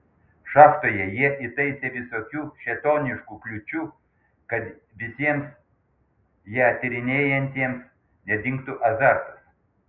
šachtoje jie įtaisė visokių šėtoniškų kliūčių kad visiems ją tyrinėjantiems nedingtų azartas